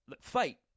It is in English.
fight